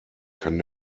kann